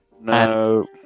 No